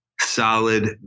solid